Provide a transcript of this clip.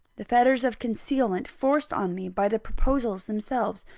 the fetters of concealment forced on me by the proposals themselves,